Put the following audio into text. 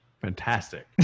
Fantastic